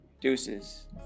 deuces